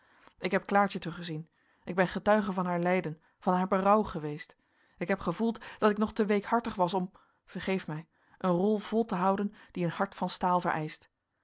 ik heb klaartje teruggezien ik ben getuige van haar lijden van haar berouw geweest ik heb gevoeld dat ik nog te weekhartig was om vergeef mij een rol vol te houden die een hart van staal vereischt